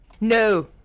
No